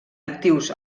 actius